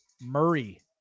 Murray